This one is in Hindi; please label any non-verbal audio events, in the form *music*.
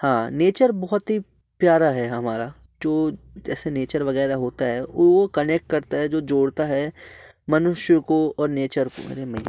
हाँ नेचर बहुत ही प्यारा है हमारा जो जैसे नेचर वगैरह होता है वह कनेक्ट करता है जो जोड़ता है मनुष्य को और नेचर *unintelligible*